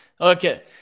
okay